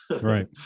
Right